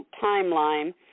timeline